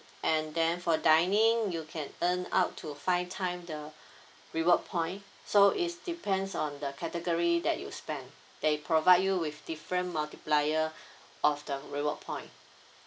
and then for dining you can earn up to five time the reward point so is depends on the category that you spend they provide you with different multiplier of the reward point